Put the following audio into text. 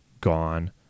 gone